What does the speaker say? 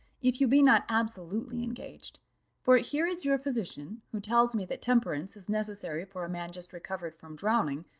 if you be not absolutely engaged for here is your physician, who tells me that temperance is necessary for a man just recovered from drowning,